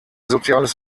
soziales